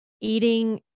eating